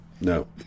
No